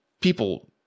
people